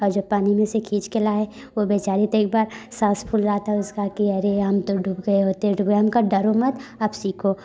और जब पानी में से खीच के लाए वो बेचारी तो एक बार सांस फूल रहा था उसका की अरे हम तो डूब गए होते डूब गए हम कहे डरो मत अब सीखो